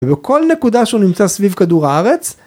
‫ובכל נקודה שהוא נמצא סביב כדור הארץ,